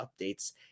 updates